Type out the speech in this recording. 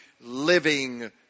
living